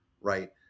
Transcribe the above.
right